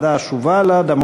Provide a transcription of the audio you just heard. חד"ש ובל"ד.